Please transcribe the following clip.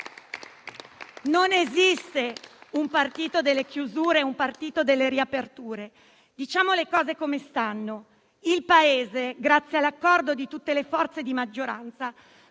Non esistono un partito delle chiusure e un partito delle riaperture. Diciamo le cose come stanno: il Paese, grazie all'accordo di tutte le forze di maggioranza,